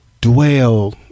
dwell